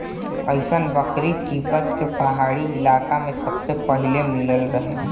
अइसन बकरी तिब्बत के पहाड़ी इलाका में सबसे पहिले मिलल रहे